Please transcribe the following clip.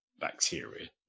bacteria